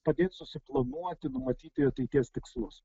padėt susiplanuoti numatyti ateities tikslus